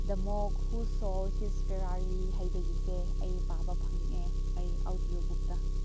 ꯗ ꯃꯣꯛ ꯍꯨ ꯁꯣꯜ ꯍꯤꯁ ꯐꯦꯔꯥꯔꯤ ꯍꯥꯏꯕꯒꯤꯁꯦ ꯑꯩ ꯄꯥꯕ ꯐꯪꯉꯦ ꯑꯩ ꯑꯧꯗꯤꯑꯣ ꯕꯨꯛꯇ